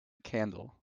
candle